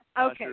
Okay